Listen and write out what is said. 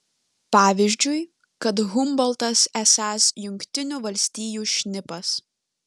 pavyzdžiui kad humboltas esąs jungtinių valstijų šnipas